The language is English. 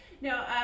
No